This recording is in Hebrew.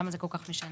למה זה כל כך משנה.